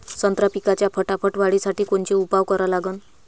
संत्रा पिकाच्या फटाफट वाढीसाठी कोनचे उपाव करा लागन?